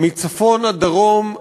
מצפון עד דרום,